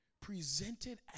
presented